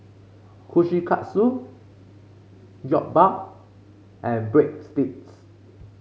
Kushikatsu Jokbal and Breadsticks